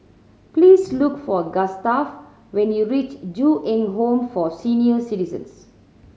please look for Gustaf when you reach Ju Eng Home for Senior Citizens